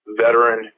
veteran